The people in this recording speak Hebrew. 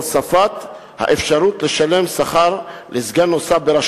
הוספת האפשרות לשלם שכר לסגן נוסף ברשות